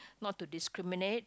not to discriminate